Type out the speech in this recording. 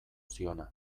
ziona